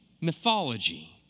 mythology